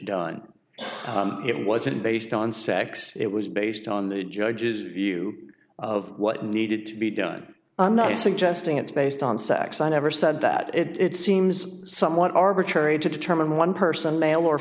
done it wasn't based on sex it was based on the judge's view of what needed to be done i'm not suggesting it's based on sex i never said that it seems somewhat arbitrary to determine one person male or